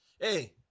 Hey